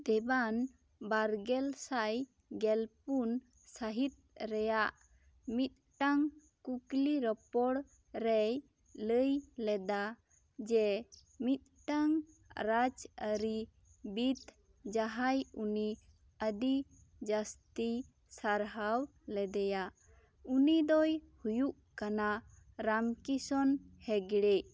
ᱫᱮᱵᱟᱱ ᱵᱟᱨᱜᱮᱞ ᱥᱟᱭ ᱜᱮᱞ ᱯᱩᱱ ᱥᱟᱹᱦᱤᱛ ᱨᱮᱭᱟᱜ ᱢᱤᱫᱴᱟᱝ ᱠᱩᱠᱞᱤ ᱨᱚᱯᱚᱲ ᱨᱮᱭ ᱞᱟᱹᱭ ᱞᱮᱫᱟ ᱡᱮ ᱢᱤᱫᱴᱟᱝ ᱨᱟᱡᱽ ᱟᱹᱨᱤ ᱵᱤᱫᱽ ᱡᱟᱦᱟᱸᱭ ᱩᱱᱤ ᱟᱹᱰᱤ ᱡᱟᱥᱛᱤ ᱥᱟᱨᱦᱟᱣ ᱞᱮᱫᱮᱭᱟ ᱩᱱᱤ ᱫᱚᱭ ᱦᱩᱭᱩᱜ ᱠᱟᱱᱟ ᱨᱟᱢ ᱠᱤᱥᱚᱱ ᱦᱮᱜᱽᱲᱮ